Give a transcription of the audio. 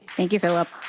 thank you, philip.